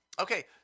Okay